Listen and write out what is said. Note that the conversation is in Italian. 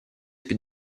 più